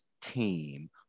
team